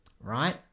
right